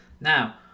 Now